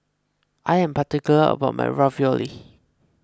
I am particular about my Ravioli